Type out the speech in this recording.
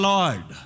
Lord